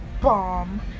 bomb